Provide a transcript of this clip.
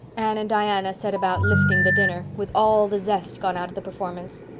anne and diana set about lifting the dinner, with all the zest gone out of the performance.